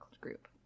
Group